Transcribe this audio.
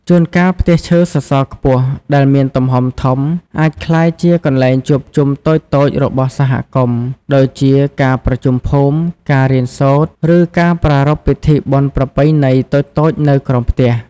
ជួនកាលផ្ទះឈើសសរខ្ពស់ដែលមានទំហំធំ អាចក្លាយជា កន្លែងជួបជុំតូចៗរបស់សហគមន៍ ដូចជាការប្រជុំភូមិ ការរៀនសូត្រ ឬការប្រារព្ធពិធីបុណ្យប្រពៃណីតូចៗនៅក្រោមផ្ទះ ។